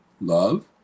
love